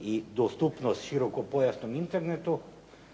i dostupnost širokopojasnom internetu